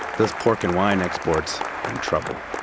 those pork and wine exports are in trouble